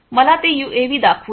मला ते यूएव्ही दाखवू द्या